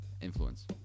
influence